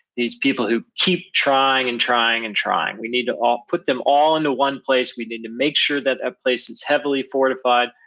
these people who keep trying and trying and trying, we need to put them all into one place, we need to make sure that ah place is heavily fortified,